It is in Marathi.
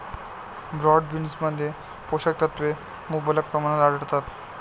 ब्रॉड बीन्समध्ये पोषक तत्वे मुबलक प्रमाणात आढळतात